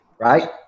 Right